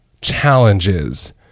challenges